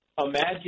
Imagine